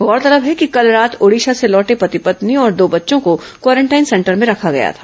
गौरतलब है कि कल रात ओडिशा से लौटे पति पत्नी और दो बच्चों को क्वारेंटाइन सेंटर में रखा गया था